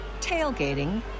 tailgating